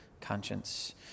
conscience